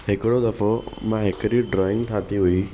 हिकिड़ो दफ़ो मां हिकिड़ी ड्रॉइंग ठाही हुई